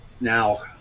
now